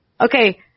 Okay